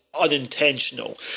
unintentional